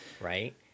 right